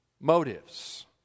Motives